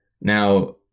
Now